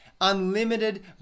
Unlimited